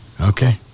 Okay